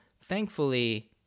thankfully